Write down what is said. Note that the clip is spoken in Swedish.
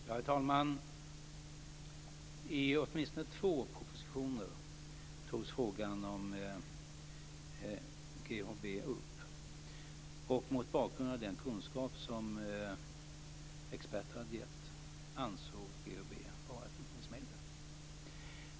Herr talman! I åtminstone två propositioner togs frågan om GHB upp. Mot bakgrund av den kunskap som experter hade gett ansågs GHB vara ett dopningsmedel.